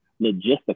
logistical